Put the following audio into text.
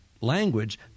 language